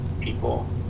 people